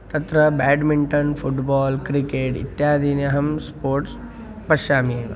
तत्र badminton football cricket इत्यादीनि अहं स्पोर्ट्स् पश्यामि एव